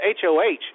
HOH